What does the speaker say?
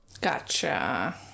Gotcha